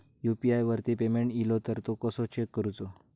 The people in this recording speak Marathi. यू.पी.आय वरती पेमेंट इलो तो कसो चेक करुचो?